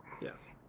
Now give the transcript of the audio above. Yes